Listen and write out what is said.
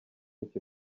icyo